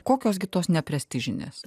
kokios gi tos neprestižinės